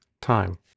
time